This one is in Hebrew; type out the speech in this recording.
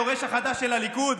היורש החדש של הליכוד,